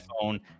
phone